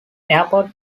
airport